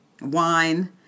wine